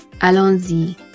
Allons-y